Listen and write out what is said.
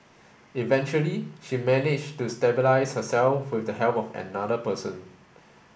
eventually she managed to stabilise herself with the help of another person